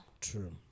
True